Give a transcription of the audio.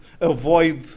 avoid